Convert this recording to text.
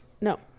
No